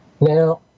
Now